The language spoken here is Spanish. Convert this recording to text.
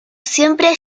siempre